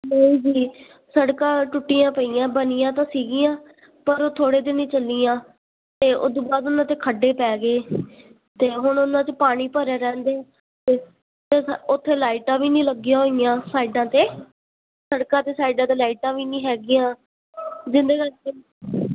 ਨਹੀਂ ਜੀ ਸੜਕਾਂ ਟੁੱਟੀਆਂ ਪਈਆਂ ਬਣੀਆਂ ਤਾਂ ਸੀਗੀਆਂ ਪਰ ਉਹ ਥੋੜ੍ਹੇ ਦਿਨ ਹੀ ਚੱਲੀਆਂ ਅਤੇ ਉਤੋਂ ਬਾਅਦ ਉਹਨਾਂ ਤੇ ਖੱਡੇ ਪੈ ਗਏ ਅਤੇ ਹੁਣ ਉਹਨਾਂ 'ਚ ਪਾਣੀ ਭਰਿਆ ਰਹਿੰਦੇ ਅਤੇ ਉੱਥੇ ਲਾਈਟਾਂ ਵੀ ਨਹੀਂ ਲੱਗੀਆਂ ਹੋਈਆਂ ਸਾਈਡਾਂ ਅਤੇ ਸੜਕਾਂ 'ਤੇ ਸਾਈਡਾਂ 'ਤੇ ਲਾਈਟਾਂ ਵੀ ਨਹੀਂ ਹੈਗੀਆਂ